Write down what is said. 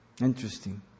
Interesting